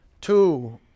two